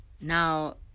now